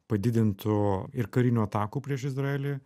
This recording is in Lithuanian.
padidintų ir karinių atakų prieš izraelį